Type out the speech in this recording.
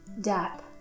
death